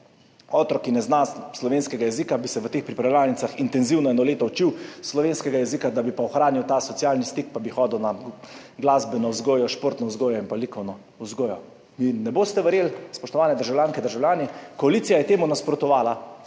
Otrok, ki ne zna slovenskega jezika, bi se v teh pripravljalnicah intenzivno eno leto učil slovenski jezik, da bi pa ohranil ta socialni stik, pa bi hodil na glasbeno vzgojo, športno vzgojo in likovno vzgojo. Ne boste verjeli, spoštovane državljanke in državljani, koalicija je temu nasprotovala,